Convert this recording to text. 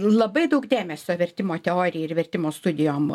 labai daug dėmesio vertimo teorijai ir vertimo studijom